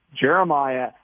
Jeremiah